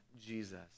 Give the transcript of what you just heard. Jesus